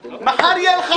מחר יהיה לך